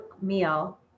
meal